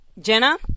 Jenna